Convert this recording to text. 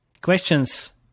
Questions